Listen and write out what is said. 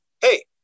Hey